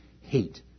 hate